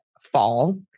fall